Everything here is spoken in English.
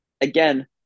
again